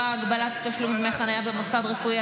(הגבלת תשלום דמי חניה במוסד רפואי),